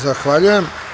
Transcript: Zahvaljujem.